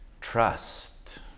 Trust